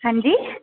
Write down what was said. हंजी